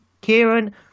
Kieran